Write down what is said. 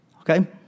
okay